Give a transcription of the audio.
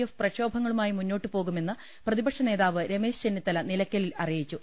F പ്രക്ഷോഭങ്ങളുമായി മുന്നോട്ട് പോകുമെന്ന് പ്രതിപക്ഷനേതാവ് രമേശ് ചെന്നിത്തല നിലയ്ക്കലിൽ അറിയിച്ചു